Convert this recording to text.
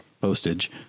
postage